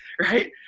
right